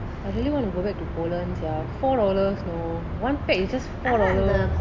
I really want to go back to poland sia four dollars know one pack is just four dollars